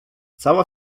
cała